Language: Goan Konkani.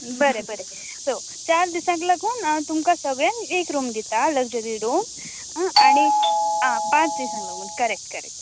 हं बरें बरें बरें सो चार दिसांक लागून तुमकां सगळ्यांक एक रूम दितां लगझरी रूम अं हां पांच दिसांक लगून करॅक्ट करॅक्ट